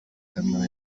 camera